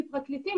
כפרקליטים,